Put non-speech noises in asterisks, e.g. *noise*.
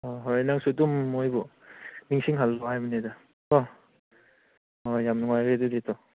ꯑꯣ ꯍꯣꯏ ꯅꯪꯁꯨ ꯑꯗꯨꯝ ꯃꯣꯏꯕꯨ ꯅꯤꯡꯁꯤꯡꯍꯜꯂꯨ ꯍꯥꯏꯕꯅꯤꯗ ꯀꯣ ꯍꯣꯏ ꯌꯥꯝ ꯅꯨꯡꯉꯥꯏꯔꯦ ꯑꯗꯨꯗꯤ *unintelligible*